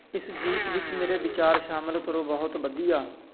ਇਸ ਗੀਤ ਵਿੱਚ ਮੇਰੇ ਵਿਚਾਰ ਸ਼ਾਮਲ ਕਰੋ ਬਹੁਤ ਵਧੀਆ